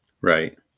Right